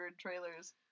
trailers